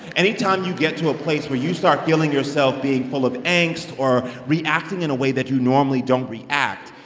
anytime you get to a place where you start feeling yourself being full of angst or reacting in a way that you normally don't react,